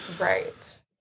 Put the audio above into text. Right